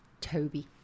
Toby